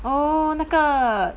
oo 那个